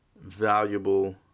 valuable